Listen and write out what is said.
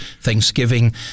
Thanksgiving